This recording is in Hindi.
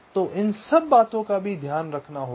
तो इन सब बातों का भी ध्यान रखना होगा